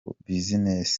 business